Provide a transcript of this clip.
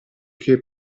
che